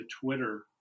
Twitter